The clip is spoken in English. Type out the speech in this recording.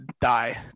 die